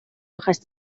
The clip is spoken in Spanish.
hojas